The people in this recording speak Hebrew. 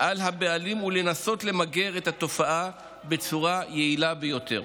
על הבעלים ולנסות למגר את התופעה בצורה יעילה ביותר.